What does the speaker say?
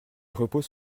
repose